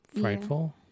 frightful